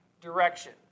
direction